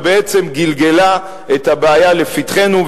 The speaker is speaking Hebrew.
ובעצם גלגלה את הבעיה לפתחנו,